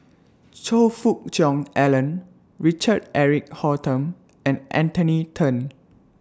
Choe Fook Cheong Alan Richard Eric Holttum and Anthony Then